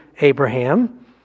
Abraham